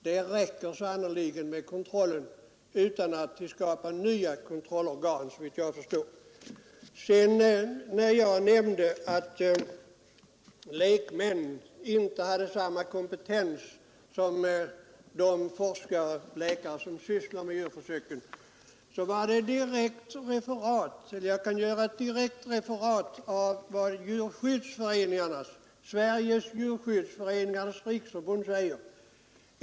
Det räcker sannerligen med kontrollen utan att vi skapar nya kontrollorgan, såvitt jag förstår. Jag sade att lekmän inte har samma kompetens som de forskare och läkare som sysslar med djurförsöken, och på den punkten kan jag direkt referera till vad Sveriges djurskyddsföreningars riksförbund säger.